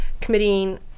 committing